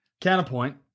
Counterpoint